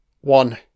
one